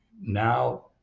now